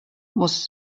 was